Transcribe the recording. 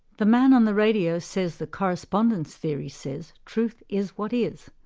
the man on the radio says the correspondence theory says truth is what is.